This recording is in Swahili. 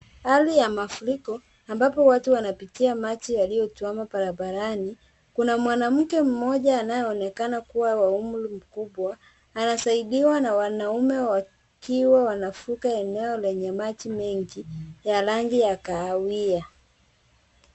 Hali ya mafuriko ambapo watu wanapitia maji yaliyosimama barabarani. Kuna mwanamke mmoja anayeonekana kuwa wa umri mkubwa anasaidiwa na wanaume wakiwa wanavuka eneo lenye maji mengi ya rangi ya kwahawia.